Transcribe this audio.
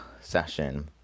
session